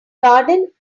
garden